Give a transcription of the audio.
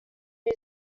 new